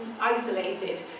isolated